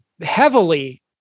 heavily